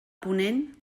ponent